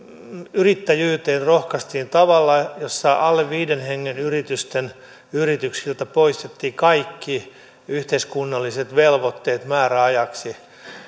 yrittäjyyteen rohkaistiin tavalla jossa alle viiden hengen yrityksiltä poistettiin kaikki yhteiskunnalliset velvoitteet määräajaksi